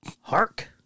Hark